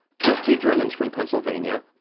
thrifty germans from pennsylvania,